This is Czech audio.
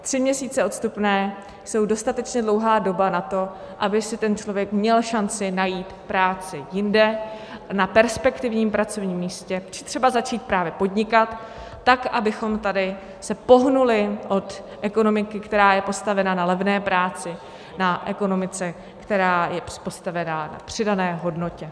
Tři měsíce odstupného jsou dostatečně dlouhá doba na to, aby si člověk měl šanci najít práci jinde na perspektivním pracovním místě či třeba začít právě podnikat, tak abychom se tady pohnuli od ekonomiky, která je postavena na levné práci, na ekonomiku, která je postavena na přidané hodnotě.